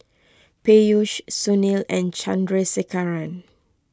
Peyush Sunil and Chandrasekaran